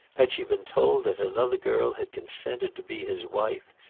had she been told that another girl had consented to be his wife,